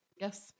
yes